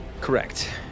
Correct